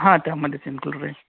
हां त्यामध्येे सेम तेवढं राईल